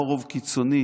לא רוב קיצוני.